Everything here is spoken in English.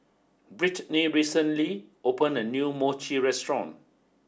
Brittnie recently opened a new Mochi Restaurant